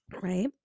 right